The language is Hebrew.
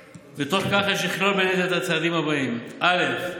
בתוך כך יש לכלול בין היתר את הצעדים האלה: א.